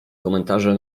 komentarze